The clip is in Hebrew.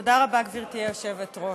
תודה רבה, גברתי היושבת-ראש.